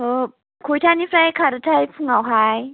ओ खयथानिफ्राय खारोथाय फुङावहाय